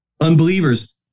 unbelievers